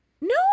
no